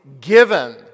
given